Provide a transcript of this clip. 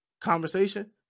conversation